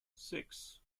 six